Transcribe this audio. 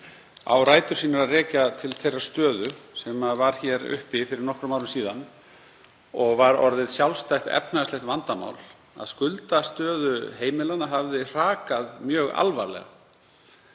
á rætur sínar að rekja til þeirrar stöðu sem var uppi fyrir nokkrum árum, og var orðið sjálfstætt efnahagslegt vandamál, að skuldastöðu heimilanna hafði hrakað mjög alvarlega.